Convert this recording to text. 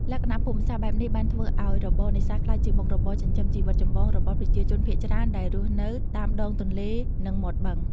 លក្ខណៈភូមិសាស្ត្របែបនេះបានធ្វើឲ្យរបរនេសាទក្លាយជាមុខរបរចិញ្ចឹមជីវិតចម្បងរបស់ប្រជាជនភាគច្រើនដែលរស់នៅតាមដងទន្លេ និងមាត់បឹង។